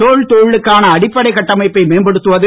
தோல் தொழிலுக்கான அடிப்படைக் கட்டபை்பை மேம்படுத்துவது